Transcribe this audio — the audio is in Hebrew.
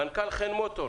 מנכ"ל חן מוטורס,